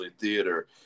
theater